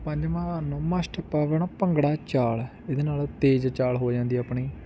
ਪੰਜਵਾਂ ਨੌਵਾਂ ਸਟੈਪ ਆ ਗਿਆ ਨਾ ਭੰਗੜਾ ਚਾਲ ਇਹਦੇ ਨਾਲ ਤੇਜ਼ ਚਾਲ ਹੋ ਜਾਂਦੀ ਆਪਣੀ